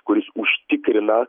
kuris užtikrina